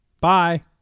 Bye